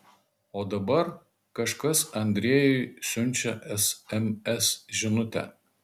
o dabar kažkas andrejui siunčia sms žinutę